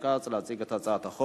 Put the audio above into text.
היא תעבור להמשך דיון לוועדת החוקה,